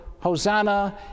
Hosanna